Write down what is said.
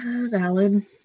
Valid